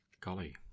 Golly